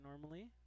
normally